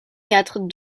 quatre